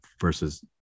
versus